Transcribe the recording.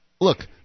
Look